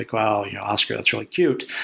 like wow! you know oscar, that's really cute.